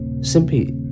simply